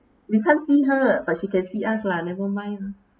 we can't see her but she can see us lah never mind lah